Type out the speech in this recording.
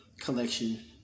collection